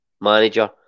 Manager